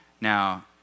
Now